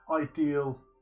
ideal